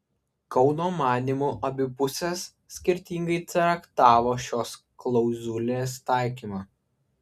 kauno manymu abi pusės skirtingai traktavo šios klauzulės taikymą